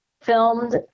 filmed